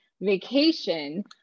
vacation